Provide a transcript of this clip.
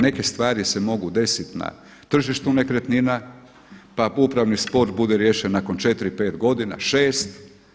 Neke se stvari mogu desiti na tržištu nekretnina, pa upravni spor bude riješen nakon četiri, pet godina, šest.